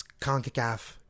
CONCACAF